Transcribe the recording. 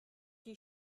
die